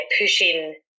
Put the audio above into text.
pushing